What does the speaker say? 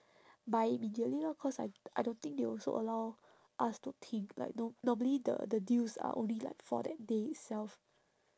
buy immediately lor cause I I don't think they also allow us to think like you know normally the the deals are only like for that day itself